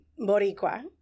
Boricua